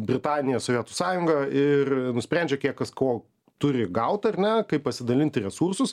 britanija sovietų sąjunga ir nusprendžia kiek kas ko turi gaut ar ne kaip pasidalinti resursus